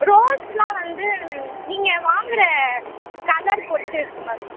ரோஸ்ஸெலாம் வந்து நீங்கள் வாங்கிற கலர் பொறுத்து இருக்கும் மேம்